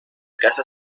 caza